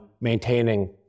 maintaining